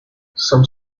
some